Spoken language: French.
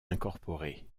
incorporée